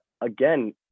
again